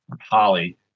Holly